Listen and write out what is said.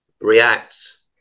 reacts